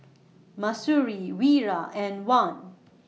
Mahsuri Wira and Wan